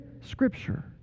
scripture